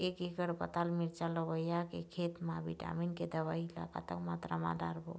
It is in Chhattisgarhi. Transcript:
एक एकड़ पताल मिरचा लोबिया के खेत मा विटामिन के दवई ला कतक मात्रा म डारबो?